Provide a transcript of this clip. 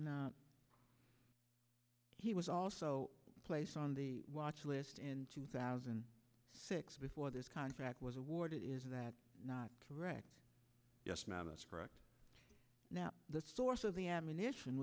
me he was also placed on the watch list in two thousand and six before this contract was awarded is that not correct yes now that's correct now the source of the ammunition